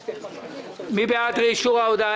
מי בעד אישור ההודעה?